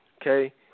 Okay